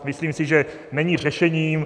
Myslím si, že není řešením.